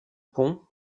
pont